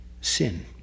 sin